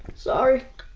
sorry.